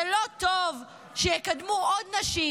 זה לא טוב שיקדמו עוד נשים,